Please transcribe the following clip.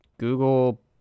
Google